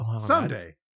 someday